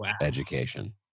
education